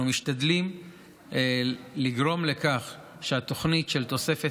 אנחנו משתדלים לגרום לכך שהתוכנית של תוספת